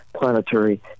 planetary